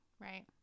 right